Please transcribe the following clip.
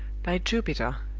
by jupiter!